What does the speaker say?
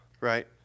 right